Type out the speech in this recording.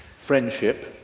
friendship.